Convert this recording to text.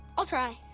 i'll try.